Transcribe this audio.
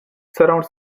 surrounds